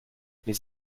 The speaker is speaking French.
les